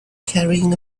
carrying